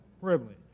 privilege